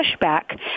pushback